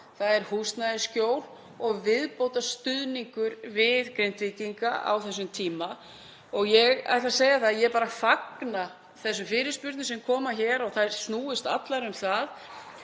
það er húsnæði, skjól og viðbótarstuðningur við Grindvíkinga á þessum tíma. Ég ætla að segja það að ég bara fagna þessum fyrirspurnum sem koma hér og að þær snúist allar um það